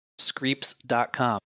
screeps.com